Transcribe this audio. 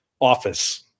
office